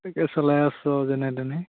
তাকে চলাই আছোঁ আৰু যেনে তেনে